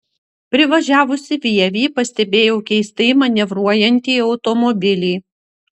privažiavusi vievį pastebėjau keistai manevruojantį automobilį